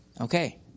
Okay